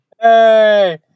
Hey